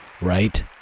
right